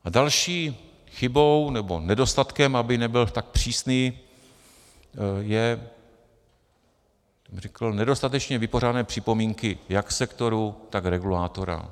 A další chybou nebo nedostatkem, abych nebyl tak přísný, jsou, řekl bych, nedostatečně vypořádané připomínky jak sektoru, tak regulátora.